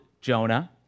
Jonah